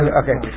okay